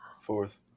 Fourth